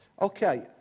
Okay